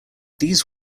these